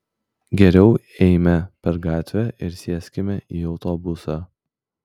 geriau eime per gatvę ir sėskime į autobusą